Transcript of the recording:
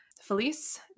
Felice